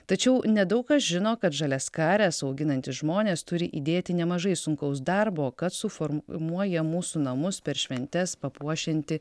tačiau nedaug kas žino kad žaliaskares auginantys žmonės turi įdėti nemažai sunkaus darbo kad suformuoja mūsų namus per šventes papuošiantį